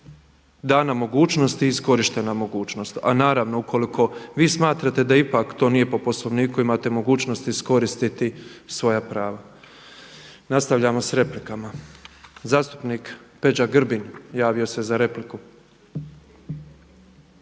dana mogućnost i iskorištena mogućnost. A naravno ukoliko vi smatrate da ipak to nije po Poslovniku imate mogućnost iskoristiti svoja prava. Nastavljamo sa replikama. Zastupnik Peđa Grbin, javio se za repliku.